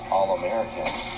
All-Americans